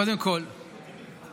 קודם כול, כן,